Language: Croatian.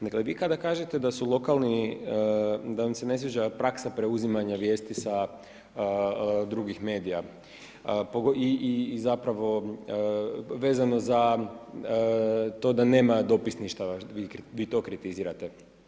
Dakle vi kada kažete da su lokalni da vam se ne sviđa praksa preuzimanja vijesti sa drugih medija i vezano za to da nema dopisništava, vi to kritizirate.